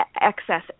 excess